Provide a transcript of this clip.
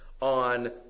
On